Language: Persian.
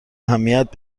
اهمیت